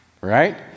right